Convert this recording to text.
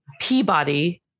Peabody